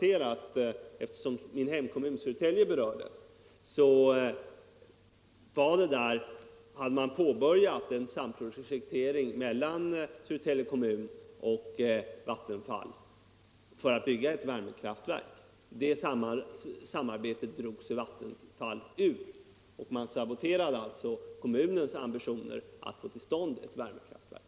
Eftersom min hemkommun Södertälje berördes vill jag konstatera att Södertälje kommun och Vattenfall där hade påbörjat en samprojektering för att bygga ett värmekraftverk. Det samarbetet drog sig Vattenfall ur och saboterade alltså kommunens ambitioner att få till stånd ett värmekraftverk.